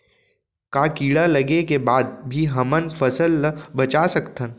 का कीड़ा लगे के बाद भी हमन फसल ल बचा सकथन?